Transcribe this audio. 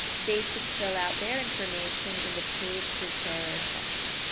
they should fill out their information in the paid preparer section.